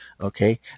Okay